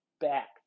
back